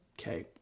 okay